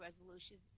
resolutions